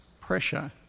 pressure